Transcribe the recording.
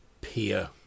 peer